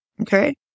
okay